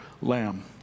lamb